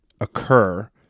occur